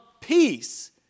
peace